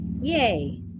Yay